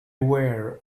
were